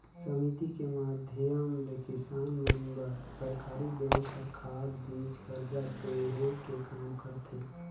समिति के माधियम ले किसान मन बर सरकरी बेंक हर खाद, बीज, करजा देहे के काम करथे